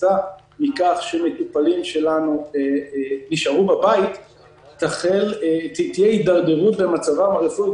שכתוצאה מכך שמטופלים שלנו נשארו בבית תהיה הידרדרות במצבם הרפואי,